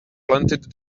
planted